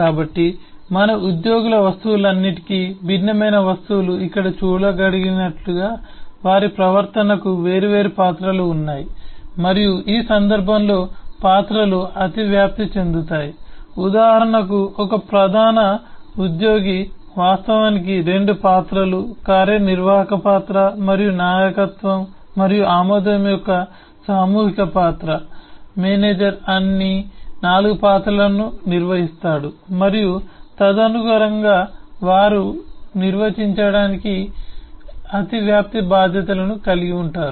కాబట్టి మన ఉద్యోగుల వస్తువులన్నింటికీ భిన్నమైన వస్తువులు ఇక్కడ చూడగలిగినట్లుగా వారి ప్రవర్తనకు వేర్వేరు పాత్రలు ఉన్నాయి మరియు ఈ సందర్భంలో పాత్రలు అతివ్యాప్తి చెందుతాయి ఉదాహరణకు ఒక ప్రధాన ఉద్యోగి వాస్తవానికి 2 పాత్రలు కార్యనిర్వాహక పాత్ర మరియు నాయకత్వం మరియు ఆమోదం యొక్క సామూహిక పాత్ర మేనేజర్ అన్ని 4 పాత్రలను నిర్వహిస్తాడు మరియు తదనుగుణంగా వారు నిర్వహించడానికి అతివ్యాప్తి బాధ్యతలను కలిగి ఉంటారు